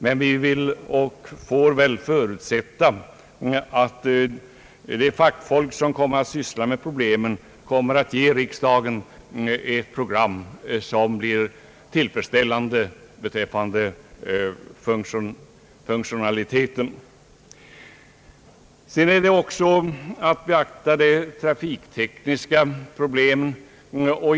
Men vi vill och får väl förutsätta att det fackfolk, som skall syssla med problemen, kommer att ge riksdagen förslag som blir funktionellt tillfredsställande. Vidare måste de trafiktekniska problemen beaktas.